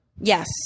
Yes